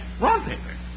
wallpaper